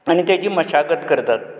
आनी तेजी मशागत करतात